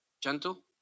Gentle